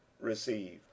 receive